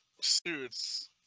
suits